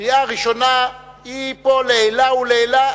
הקריאה הראשונה פה היא לעילא ולעילא,